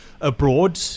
abroad